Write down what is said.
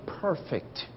perfect